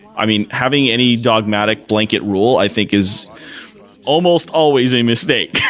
i mean, having any dogmatic blanket rule i think is almost always a mistake. yeah